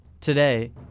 Today